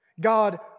God